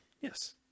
Yes